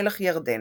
מלך ירדן.